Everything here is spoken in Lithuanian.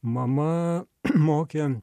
mama mokė